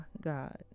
God